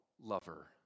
lover